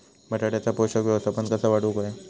बटाट्याचा पोषक व्यवस्थापन कसा वाढवुक होया?